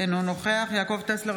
אינו נוכח יעקב טסלר,